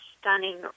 stunning